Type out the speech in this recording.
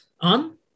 on